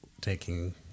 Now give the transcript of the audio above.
taking